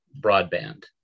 broadband